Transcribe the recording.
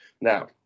Now